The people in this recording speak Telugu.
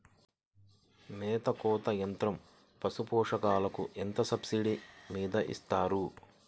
మేత కోత యంత్రం పశుపోషకాలకు ఎంత సబ్సిడీ మీద ఇస్తారు?